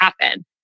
happen